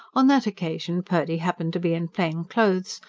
on that occasion purdy happened to be in plain clothes,